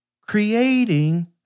creating